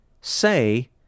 say